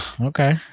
Okay